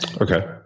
Okay